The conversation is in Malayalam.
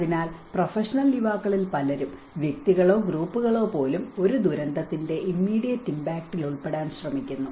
അതിനാൽ പ്രൊഫഷണൽ യുവാക്കളിൽ പലരും വ്യക്തികളോ ഗ്രൂപ്പുകളോ പോലും ഒരു ദുരന്തത്തിന്റെ ഇമ്മീഡിയറ് ഇമ്പാക്റ്റിൽ ഉൾപ്പെടാൻ ശ്രമിക്കുന്നു